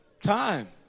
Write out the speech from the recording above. time